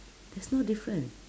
there's no different